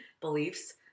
beliefs